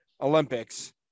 Olympics